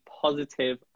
positive